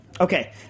Okay